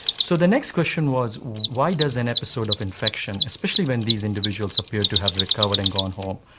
so the next question was why does an episode of infection, especially when these individuals appear to have recovered and gone home,